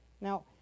Now